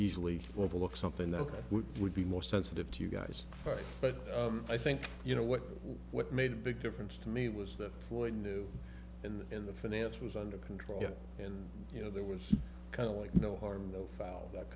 easily overlook something that i would be more sensitive to you guys but i think you know what what made a big difference to me was that floyd knew in the finance was under control and you know there was kind of like no harm no foul that